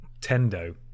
Tendo